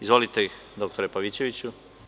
Izvolite dr Pavićeviću.